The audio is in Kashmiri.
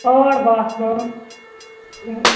آٹھ باتھ روٗم